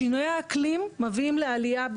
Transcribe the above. שינויי האקלים מביאים לעלייה,